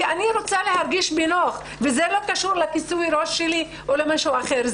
כי אני רוצה להרגיש בנוח וזה לא קשור לכיסוי הראש שלי או למשהו אחר.